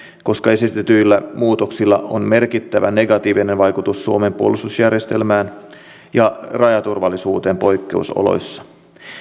koska esitetyillä muutoksilla on merkittävä negatiivinen vaikutus suomen puolustusjärjestelmään ja rajaturvallisuuteen poikkeusoloissa